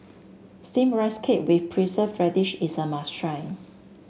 steam Rice Cake with preserve radish is a must try